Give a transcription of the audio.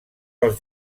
dels